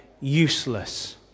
useless